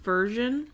Version